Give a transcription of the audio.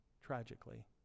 tragically